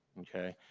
okay?